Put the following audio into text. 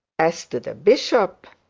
as to the bishop,